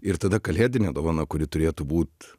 ir tada kalėdinė dovana kuri turėtų būt